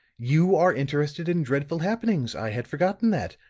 you are interested in dreadful happenings i had forgotten that.